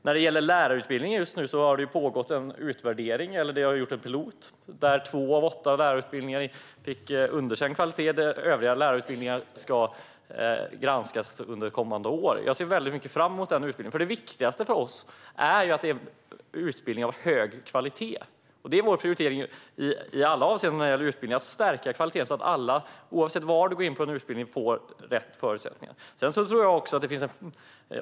När det gäller lärarutbildningen har det gjorts en utvärdering, eller en pilot, där två av åtta lärarutbildningar fick underkänt i fråga om kvalitet. Övriga lärarutbildningar ska granskas under kommande år. Jag ser fram emot det. Det viktigaste för oss är nämligen att utbildningarna är av hög kvalitet. Vår prioritering i alla avseenden när det gäller utbildning är att stärka kvaliteten, så att alla, oavsett utbildning, får rätt förutsättningar.